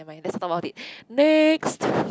nevermind let's not talk about it next